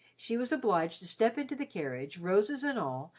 she was obliged to step into the carriage, roses and all,